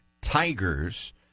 Tigers